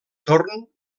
torn